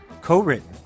co-written